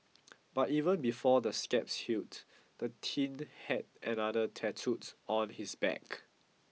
but even before the scabs healed the teen had another tattooed on his back